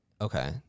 Okay